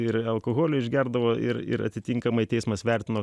ir alkoholį išgerdavo ir ir atitinkamai teismas vertino